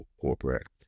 corporate